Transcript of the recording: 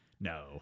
No